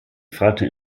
vater